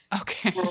okay